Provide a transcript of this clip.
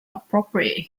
appropriate